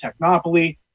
Technopoly